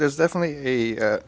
there's definitely a